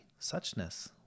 suchness